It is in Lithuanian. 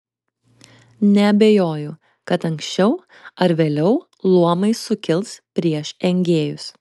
neabejoju kad anksčiau ar vėliau luomai sukils prieš engėjus